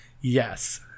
yes